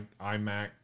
iMac